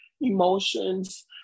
emotions